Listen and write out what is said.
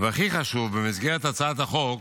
והכי חשוב, במסגרת הצעת החוק